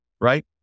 right